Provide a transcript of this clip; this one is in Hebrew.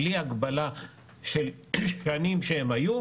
בלי הגבלה של שנים שהם היו.